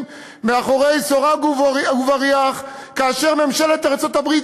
מאחורי סורג ובריח כאשר ממשלת ארצות-הברית,